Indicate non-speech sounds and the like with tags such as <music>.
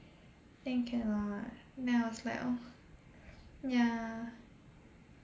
then cannot then I was like <breath> ya